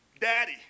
Daddy